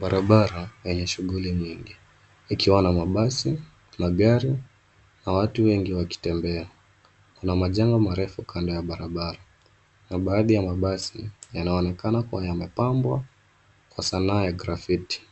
Barabara enye shughuli nyingi ikiwa na mabasi na gari na watu wengi wakitembea, kuna majengo marefu kando ya barabara, na baadhi ya mabasi yanaonekana kuwa yamepambwa kwa sanaa ya grafitti